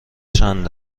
چند